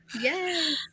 Yes